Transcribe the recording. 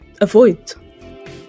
avoid